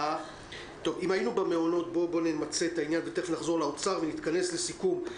אם היינו במעונות בואו נמצה את העניין ותכף נחזור לאוצר ונתכנס לסיכום.